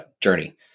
journey